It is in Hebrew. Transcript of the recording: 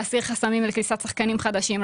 להסיר חסמים לכניסת שחקנים חדשים,